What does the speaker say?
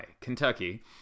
kentucky